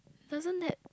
doesn't that